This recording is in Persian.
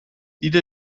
دید